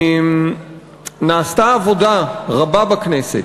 נעשתה עבודה רבה בכנסת.